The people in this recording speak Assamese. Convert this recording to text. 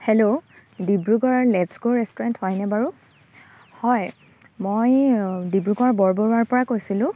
হেল্ল' ডিব্ৰুগড়ৰ লেটছ গ' ৰেষ্টুৰেণ্ট হয়নে বাৰু হয় মই ডিব্ৰুগড় বৰবৰুৱাৰ পৰা কৈছিলোঁ